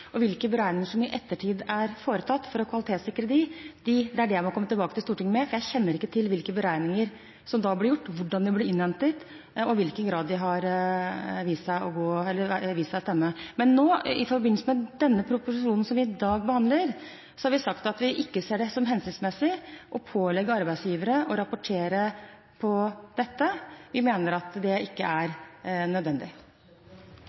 og hvilke beregninger som i ettertid er foretatt for å kvalitetssikre dem, det må jeg komme tilbake til Stortinget med. Jeg kjenner ikke til hvilke beregninger som da ble gjort, hvordan de ble innhentet og i hvilken grad de har vist seg å stemme. Men i forbindelse med proposisjonen som vi i dag behandler, har vi sagt at vi ikke ser det som hensiktsmessig å pålegge arbeidsgivere å rapportere om dette. Vi mener at det ikke